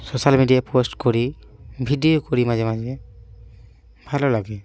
social মিডিয়ায় post করি video করি মাঝে মাঝে ভালো লাগে